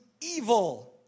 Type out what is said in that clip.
evil